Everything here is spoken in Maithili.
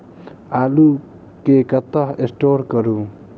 आलु केँ कतह स्टोर करू?